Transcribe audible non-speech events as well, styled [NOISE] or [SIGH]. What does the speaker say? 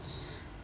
[BREATH]